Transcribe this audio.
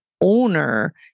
owner